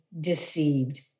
deceived